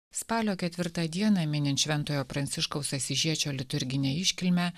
spalio ketvirtą dieną minint šventojo pranciškaus asyžiečio liturginę iškilmę